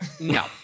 No